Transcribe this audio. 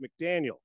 McDaniel